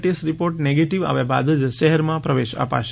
test report negative આવ્યા બાદ જ શહેરમાં તેમને પ્રવેશ અપાશે